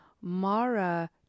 Mara